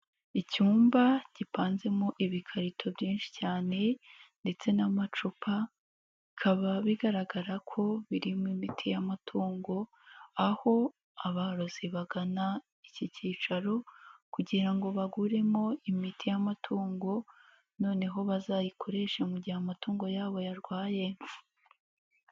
Icyumba gipanzemo ibikarito byinshi cyane ndetse n'amacupa, bikaba bigaragara ko birimo imiti y'amatungo, aho abarozi bagana iki kicaro kugira ngo baguremo imiti y'amatungo, noneho bazayikoreshe mu gihe amatungo yabo yarwaye.